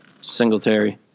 Singletary